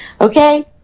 Okay